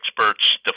experts